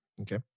Okay